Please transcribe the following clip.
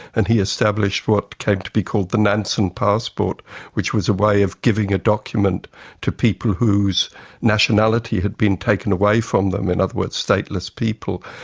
and he established what came to be called the nansen passport which was a way of giving a document to people whose nationality had been taken away from them, in other words stateless people.